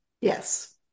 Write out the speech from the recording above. Yes